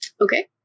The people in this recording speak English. Okay